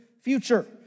future